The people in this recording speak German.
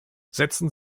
setzen